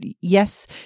yes